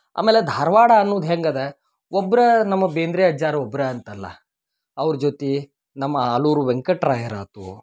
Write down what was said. ಆಮೇಲೆ ಧಾರ್ವಾಡ ಅನ್ನುದು ಹೆಂಗದೆ ಒಬ್ಬರೇ ನಮ್ಮ ಬೇಂದ್ರೆ ಅಜ್ಜಾರು ಒಬ್ಬರೇ ಅಂತಲ್ಲ ಅವ್ರ ಜೊತೆ ನಮ್ಮ ಆಲೂರು ವೆಂಕಟ್ರಾಯರು ಆತು